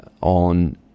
on